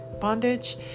bondage